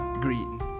green